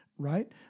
Right